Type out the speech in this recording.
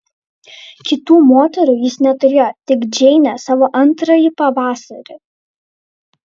kitų moterų jis neturėjo tik džeinę savo antrąjį pavasarį